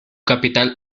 capital